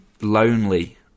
lonely